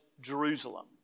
Jerusalem